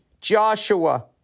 Joshua